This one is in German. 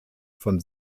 von